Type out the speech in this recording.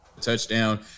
Touchdown